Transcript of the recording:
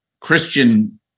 Christian